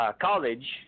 College